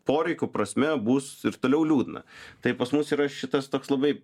poreikių prasme bus ir toliau liūdna tai pas mus yra šitas toks labai